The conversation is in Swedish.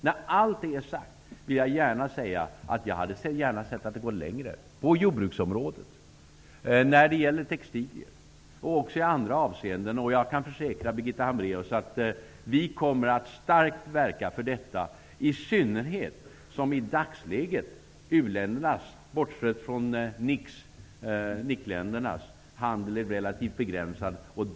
När allt detta är sagt vill jag säga att jag gärna hade sett att det hade gått längre när det t.ex. gäller jordbruk och textilier. Jag kan försäkra Birgitta Hambraeus att vi starkt kommer att verka för det här, i synnerhet som u-ländernas -- bortsett från NIC-länderna -- handel är relativt begränsad.